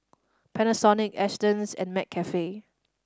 Panasonic Astons and McCafe